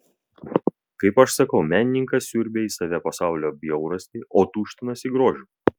kaip aš sakau menininkas siurbią į save pasaulio bjaurastį o tuštinasi grožiu